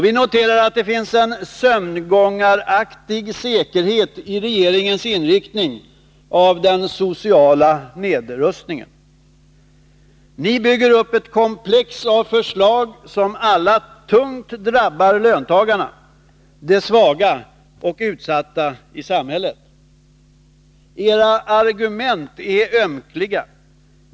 Vi noterar att det finns en sömngångaraktig säkerhet i regeringens inriktning av den sociala nedrustningen. Ni bygger upp ett komplex av förslag, som alla tungt drabbar löntagarna och de svaga och utsatta i samhället. Era argument är ömkliga.